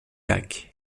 lac